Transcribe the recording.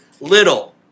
little